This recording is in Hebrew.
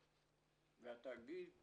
והתאגיד,